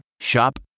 Shop